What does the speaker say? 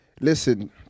listen